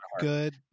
good